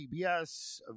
cbs